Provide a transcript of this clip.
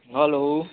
hello